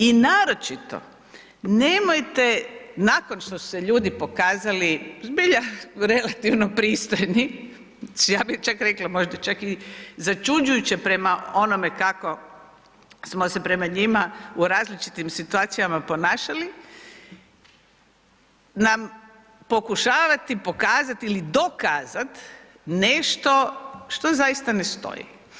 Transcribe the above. I naročito nemojte nakon što su se ljudi pokazali zbilja relativno pristojni, ja bi čak rekla možda čak i začuđujuće prema onome kako smo se prema njima u različitim situacijama ponašali, nam pokušavati pokazati ili dokazati nešto što zaista ne stoji.